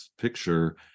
picture